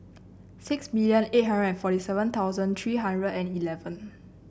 six million eight hundred forty seven thousand three hundred and eleven